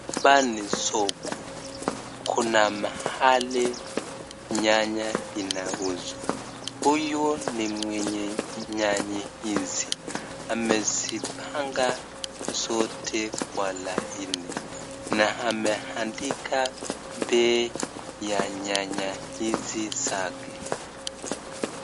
Hapa ni soko kuna mahali nyanya inauzwa, huyu ni mwenye nyanya hizi ameipanga zote kwa laini na ameandika bei ya nyanya hizi zake.